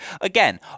Again